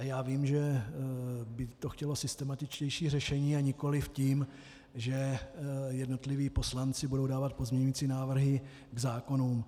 A já vím, že by to chtělo systematičtější řešení, a nikoliv tím, že jednotliví poslanci budou dávat pozměňovací návrhy k zákonům.